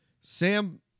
Sam